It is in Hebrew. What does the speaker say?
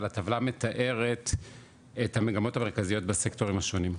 אבל הטבלה מתארת את המגמות המרכזיות בסקטורים השונים,